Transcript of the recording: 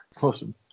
awesome